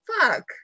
Fuck